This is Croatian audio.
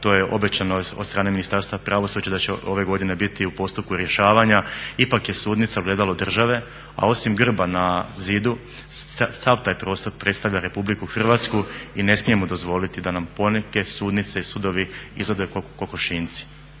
to je obećano od strane Ministarstva pravosuđa da će ove godine biti u postupku rješavanja, ipak je sudnica ogledalo države, a osim grba na zidu sav taj prostor predstavlja Republiku Hrvatsku i ne smijemo dozvoliti da nam poneke sudnice i sudovi izgledaju ko kokošinjci.